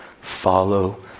Follow